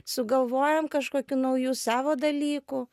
sugalvojam kažkokių naujų savo dalykų